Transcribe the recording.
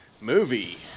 Movie